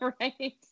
Right